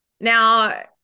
now